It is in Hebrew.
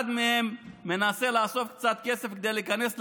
אחד מהם מנסה לאסוף קצת כסף כדי להיכנס ללימודים,